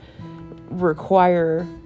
require